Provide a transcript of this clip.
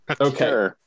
Okay